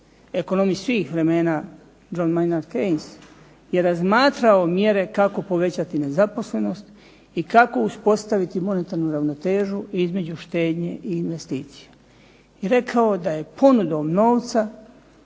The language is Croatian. ekonomist svih vremena John Maynard Keynes je razmatrao mjere kako povećati nezaposlenost i kako uspostaviti monetarnu ravnotežu između štednje i investicija i rekao je da je ponudom novca